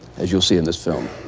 as you'll see in this film.